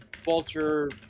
Vulture